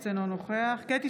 אינו נוכח קטי